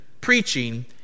preaching